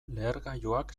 lehergailuak